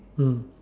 mm